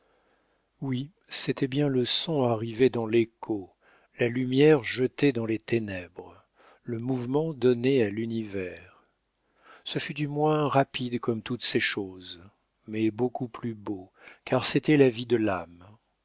oui c'était bien le son arrivé dans l'écho la lumière jetée dans les ténèbres le mouvement donné à l'univers ce fut du moins rapide comme toutes ces choses mais beaucoup plus beau car c'était la vie de l'âme